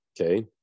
Okay